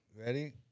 Ready